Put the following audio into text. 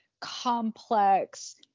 complex